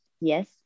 yes